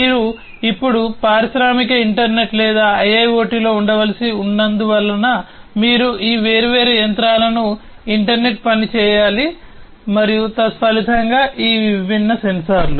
మీరు ఇప్పుడు పారిశ్రామిక ఇంటర్నెట్ లేదా IIoT లో ఉండవలసి ఉన్నందున మీరు ఈ వేర్వేరు యంత్రాలను ఇంటర్నెట్ పని చేయాలి మరియు తత్ఫలితంగా ఈ విభిన్న సెన్సార్లు